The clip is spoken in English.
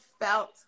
felt